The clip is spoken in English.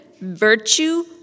virtue